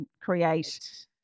create